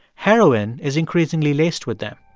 heroin is increasingly laced with them.